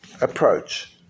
approach